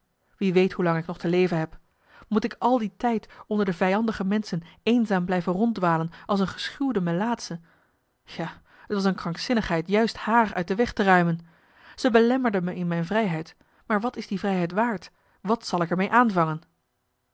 wie weet hoelang ik nog te leven heb moet ik al die tijd onder de vijandige menschen eenzaam blijven ronddwalen als een geschuwde melaatsche ja t was een krankzinnigheid juist haar uit de weg te ruimen ze belemmerde me in mijn vrijheid maar wat is die vrijheid waard wat zal ik er mee aanvangen